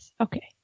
Okay